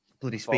bloody